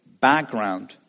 background